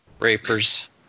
Rapers